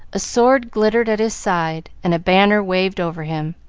a sword glittered at his side, and a banner waved over him,